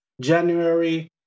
January